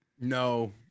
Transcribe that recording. No